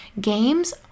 games